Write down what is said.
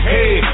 Hey